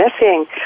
missing